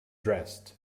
dressed